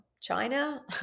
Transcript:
China